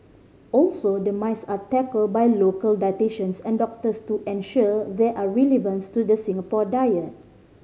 also the myths are tackled by local dietitians and doctors to ensure they are relevance to the Singapore diet